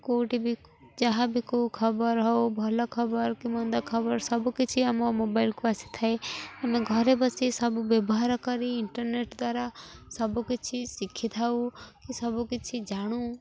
କେଉଁଠି ବି ଯାହାବି କେଉଁ ଖବର ହେଉ ଭଲ ଖବର କି ମନ୍ଦ ଖବର ସବୁକିଛି ଆମ ମୋବାଇଲ୍କୁ ଆସିଥାଏ ଆମେ ଘରେ ବସି ସବୁ ବ୍ୟବହାର କରି ଇଣ୍ଟରନେଟ୍ ଦ୍ୱାରା ସବୁକିଛି ଶିଖିଥାଉ କି ସବୁକିଛି ଜାଣୁ